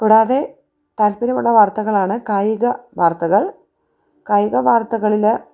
കൂടാതെ താല്പര്യമുള്ള വാർത്തകളാണ് കായിക വാർത്തകൾ കായിക വാർത്തകളിലെ